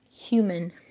human